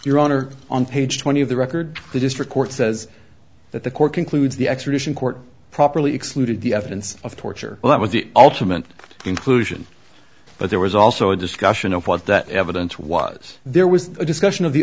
your honor on page twenty of the record the district court says that the court concludes the extradition court properly excluded the evidence of torture well that was the ultimate conclusion but there was also a discussion of what that evidence was there was a discussion of the